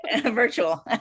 virtual